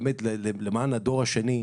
באמת למען הדור השני,